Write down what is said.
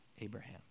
Abraham